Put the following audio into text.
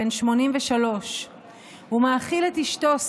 בן 83. הוא מאכיל את אשתו,